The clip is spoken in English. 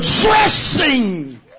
dressing